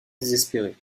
désespérée